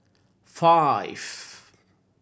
five